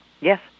Yes